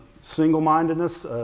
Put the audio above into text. single-mindedness